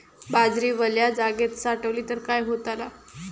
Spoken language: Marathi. बाजरी वल्या जागेत साठवली तर काय होताला?